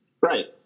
Right